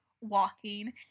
walking